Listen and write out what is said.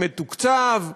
מתוקצב.